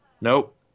Nope